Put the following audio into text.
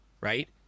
Right